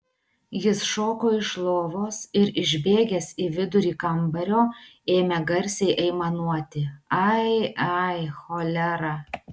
jis šoko iš lovos ir išbėgęs į vidurį kambario ėmė garsiai aimanuoti ai ai cholera